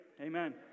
Amen